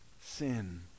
sin